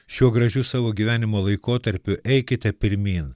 šiuo gražiu savo gyvenimo laikotarpiu eikite pirmyn